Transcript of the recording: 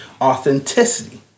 Authenticity